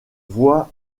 voix